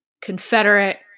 Confederate